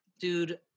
Dude